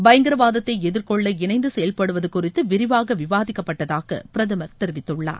பயங்கரவாதத்தை எதிர்கொள்ள இணைந்து செயல்படுவது குறித்து விரிவாக விவாதிக்கப்பட்டதாக பிரதமர் தெரிவித்துள்ளார்